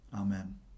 Amen